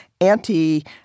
anti